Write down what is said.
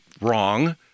wrong